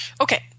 okay